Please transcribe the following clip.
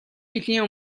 жилийн